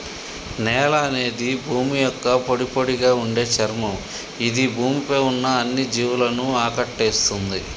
నేల అనేది భూమి యొక్క పొడిపొడిగా ఉండే చర్మం ఇది భూమి పై ఉన్న అన్ని జీవులను ఆకటేస్తుంది